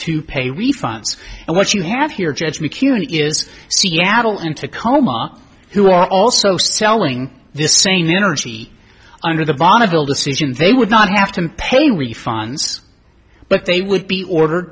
to pay refunds and what you have here judge mccune is seattle and tacoma who are also selling this same interest under the bonneville decision they would not have to pay refunds but they would be order